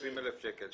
20,000 שקל.